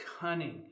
cunning